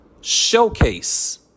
showcase